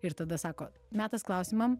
ir tada sako metas klausimam